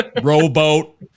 rowboat